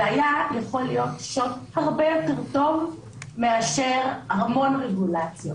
זה היה יכול להיות שוט הרבה יותר טוב מאשר המון רגולציות,